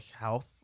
health